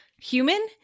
human